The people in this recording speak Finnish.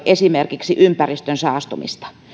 esimerkiksi ympäristön saastumista